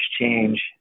change